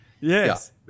Yes